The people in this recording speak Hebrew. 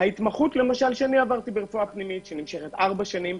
ההתמחות שעברתי ברפואה פנימית נמשכת ארבע שנים,